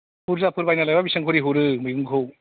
बुरजाफोर बायनानै लायोब्ला बिसिबां खरि हरो मैगंखौ